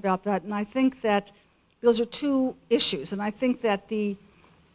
about that and i think that those are two issues and i think that the